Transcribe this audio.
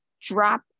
drop